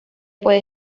puede